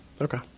Okay